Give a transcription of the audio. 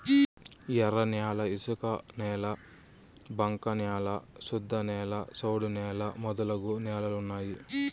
ఎర్రన్యాల ఇసుకనేల బంక న్యాల శుద్ధనేల సౌడు నేల మొదలగు నేలలు ఉన్నాయి